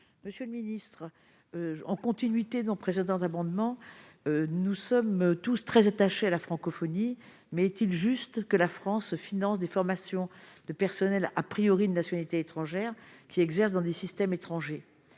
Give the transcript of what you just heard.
monsieur le ministre, en continuité dont présentant abondement, nous sommes tous très attachés à la francophonie, mais est-il juste que la France finance des formations de personnel, a priori, de nationalité étrangère qui exercent dans des systèmes étrangers :